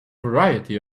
variety